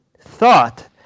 thought